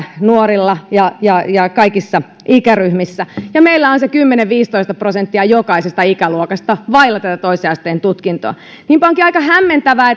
nuorilla ja ja kaikissa ikäryhmissä ja meillä on se kymmenen viiva viisitoista prosenttia jokaisesta ikäluokasta vailla tuota toisen asteen tutkintoa niinpä onkin aika hämmentävää